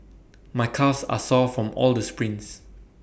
my calves are sore from all the sprints